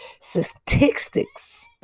statistics